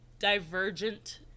divergent